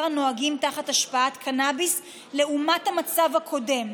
הנוהגים תחת השפעת קנביס לעומת המצב הקודם,